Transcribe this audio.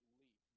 leap